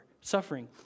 suffering